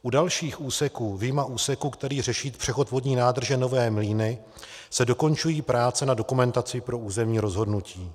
U dalších úseků vyjma úseku, který řeší přechod vodní nádrže Nové Mlýny, se dokončují práce na dokumentaci pro územní rozhodnutí.